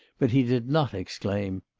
but he did not exclaim,